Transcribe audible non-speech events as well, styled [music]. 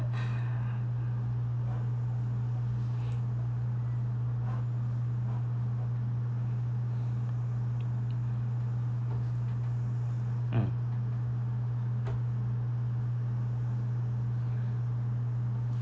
[breath] mm